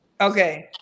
Okay